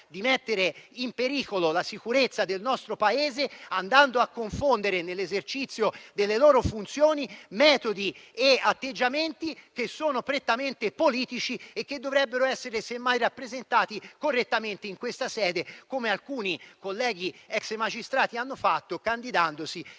di mettere in pericolo la sicurezza del nostro Paese andando a confondere, nell'esercizio delle loro funzioni, metodi e atteggiamenti che sono prettamente politici e che dovrebbero essere semmai rappresentati correttamente in questa sede, come alcuni colleghi ex magistrati hanno fatto candidandosi